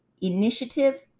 initiative